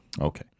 Okay